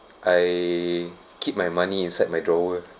I keep my money inside my drawer